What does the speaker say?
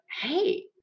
hey